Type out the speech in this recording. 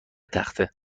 تخته